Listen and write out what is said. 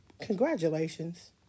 congratulations